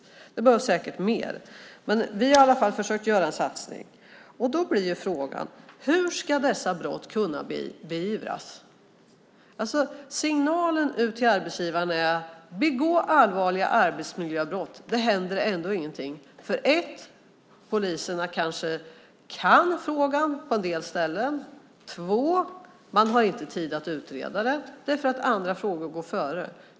Det behövs säkert mer, men vi har i alla fall försökt att göra en satsning. Då blir frågan: Hur ska dessa brott kunna beivras? Signalen ut till arbetsgivarna är: Begå allvarliga arbetsmiljöbrott! Det händer ändå ingenting. Poliserna kanske kan frågan på en del ställen, men man har inte tid att utreda dem därför att andra frågor går före.